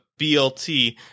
BLT